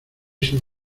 sido